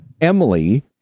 Emily